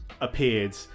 appeared